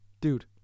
dude